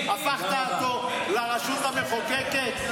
הפכת אותו לרשות המחוקקת?